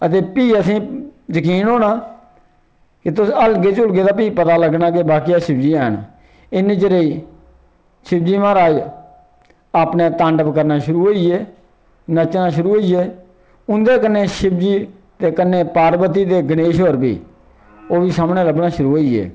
अते फ्ही असेंगी जकीन होना कि तुस हलगे चुलगे ते फ्ही असेंगी पता लग्गना कि बाकेआ शिवजी हैन इ चिरे गी शिवजी महाराज अपना तांडव करना शुरू होई गे नच्चना शुरू होई गे उन्दे कन्नै शिवजी कन्नै पार्वती दे गणेश होर बी ओह् बी सामनै लब्भना शुरू होई गे